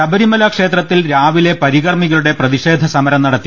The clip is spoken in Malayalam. ശബരിമല ക്ഷേത്രത്തിൽ രാവിലെ പ്രികർമ്മികളുടെ പ്രതി ഷേധ സമരം നടത്തി